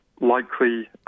likely